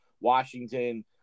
Washington